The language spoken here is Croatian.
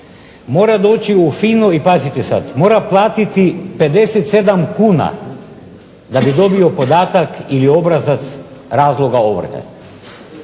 mora doći u FINA-u i pazite sada mora platiti 57 kuna da bi dobio podatak ili obrazac razloga ovrhe.